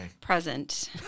Present